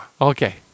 Okay